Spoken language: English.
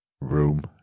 room